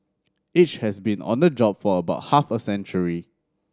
each has been on the job for about half a century